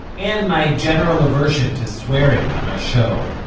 and my general aversion to swearing on our show,